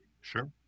Sure